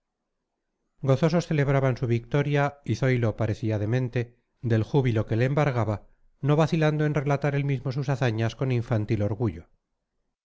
gozosos celebraban su victoria y zoilo parecía demente del júbilo que le embargaba no vacilando en relatar él mismo sus hazañas con infantil orgullo